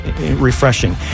refreshing